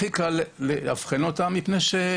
הכי קל לאבחן אותה מפני,